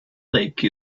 lake